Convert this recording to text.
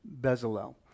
Bezalel